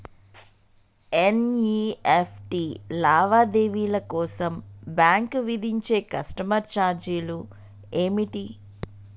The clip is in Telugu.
ఎన్.ఇ.ఎఫ్.టి లావాదేవీల కోసం బ్యాంక్ విధించే కస్టమర్ ఛార్జీలు ఏమిటి?